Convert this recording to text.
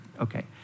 Okay